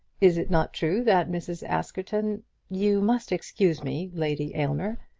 is it not true that mrs. askerton you must excuse me, lady aylmer,